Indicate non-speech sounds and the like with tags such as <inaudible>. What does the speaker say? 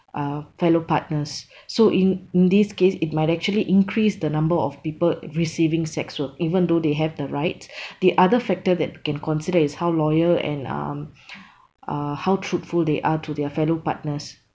uh fellow partners so in in this case it might actually increase the number of people receiving sex work even though they have the right <breath> the other factor that can consider is how loyal and um uh how truthful they are to their fellow partners